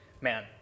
man